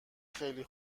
خیلی